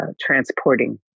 transporting